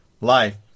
Life